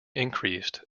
increased